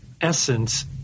essence